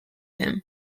him